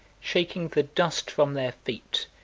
shaking the dust from their feet,